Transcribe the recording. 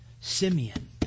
Simeon